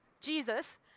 Jesus